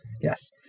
Yes